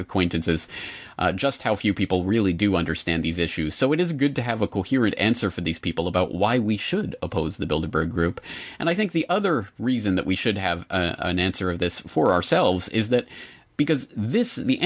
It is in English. acquaintances just how few people really do understand these issues so it is good to have a coherent answer for these people about why we should oppose the bill de burgh group and i think the other reason that we should have an answer of this for ourselves is that because this is the